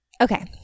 Okay